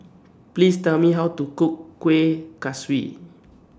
Please Tell Me How to Cook Kuih Kaswi